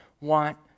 want